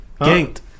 Ganked